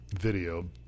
video